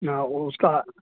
ہاں وہ اس کا